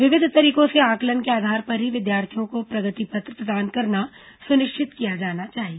विविध तरीकों से किए गए आंकलन के आधार पर ही विद्यार्थियों को प्रगति पत्र प्रदान करना सुनिश्चित किया जाना चाहिए